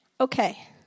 Okay